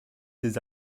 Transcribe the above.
des